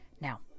Now